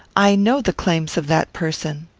i know the claims of that person.